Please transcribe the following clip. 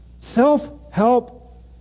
Self-help